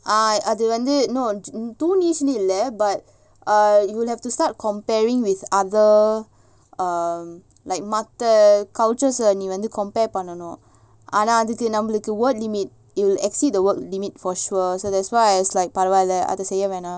ah அதுக்குவந்து:adhuku vandhu too niche ணுஇல்ல:nu illa but you have to start comparing with other um like மத்த:maththa cultures நீ:nee compare பண்ணனும்ஆனாஅதுக்குநம்மளுக்கு:pannanum ana adhuku nammaluku word limit it will exceed the word limit for sure so that's why பரவால்லஅதசெய்யவேணாம்:paravala adha seyya venam